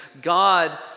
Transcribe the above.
God